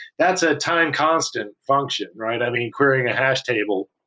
that's a time constant function, right? i mean, querying a hash table.